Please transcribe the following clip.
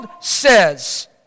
says